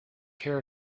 care